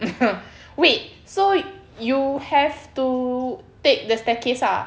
wait so you have to take the staircase ah